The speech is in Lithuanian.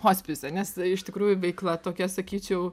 hospise nes iš tikrųjų veikla tokia sakyčiau